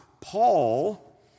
Paul